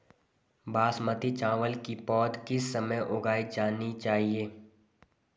बासमती चावल की पौध किस समय उगाई जानी चाहिये?